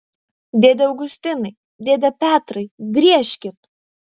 dėde augustinai dėde petrai griežkit